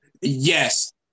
Yes